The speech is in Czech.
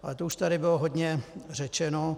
Ale to už tady bylo hodně řečeno.